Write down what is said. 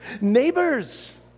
Neighbors